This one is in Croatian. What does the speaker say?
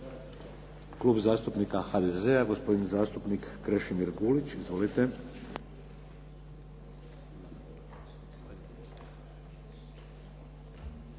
Klub zastupnika HDZ-a gospodin zastupnik Krešimir Gulić. Izvolite.